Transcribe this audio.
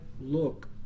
look